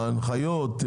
הנחיות?